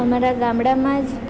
અમારા ગામડામાં જ